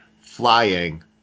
flying